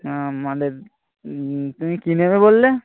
ও মালের তুমি কী নেবে বললে